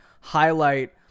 highlight